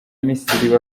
misiri